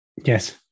Yes